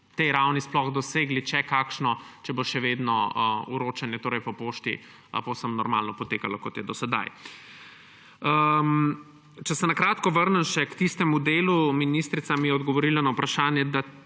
tej ravni sploh dosegli, če kakšno, če bo še vedno vročanje po pošti potekalo povsem normalno, kot je do sedaj. Če se na kratko vrnem še k tistemu delu, ministrica mi je odgovorila na vprašanje, da